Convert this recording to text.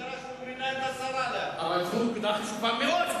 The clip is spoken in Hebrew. הוא מאשים את המשטרה שהוא מינה את השר אבל זו נקודה חשובה מאוד,